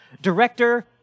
Director